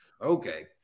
okay